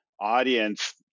audience